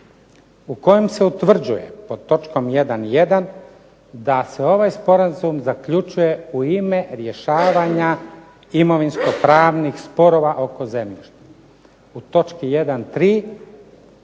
u kojem se utvrđuje pod točkom 1.1. da se ovaj sporazum zaključuje u ime rješavanja imovinskopravnih sporova oko zemljišta. U točki 1.3.